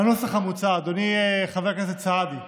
הנוסח המוצע, אדוני, חבר הכנסת סעדי,